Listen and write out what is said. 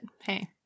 hey